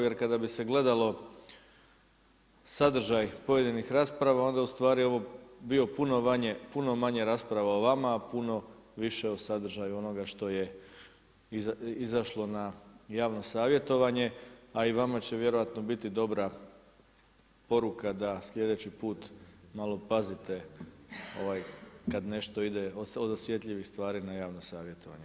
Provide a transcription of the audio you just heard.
Jer kada bi se gledalo sadržaj pojedinih rasprava, onda u stvari bio puno manje rasprava o vama, a puno više o sadržaju onoga što je izašlo na javno savjetovanje, a i vama će vjerojatno biti dobra poruka da sljedeći put malo pazite kad nešto ide od osjetljivih stvari na javno savjetovanje.